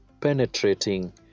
penetrating